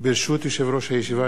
ברשות יושב-ראש הישיבה,